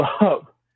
up